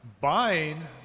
buying